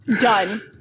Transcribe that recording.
Done